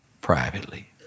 privately